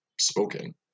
spoken